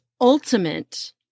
ultimate